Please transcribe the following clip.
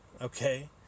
okay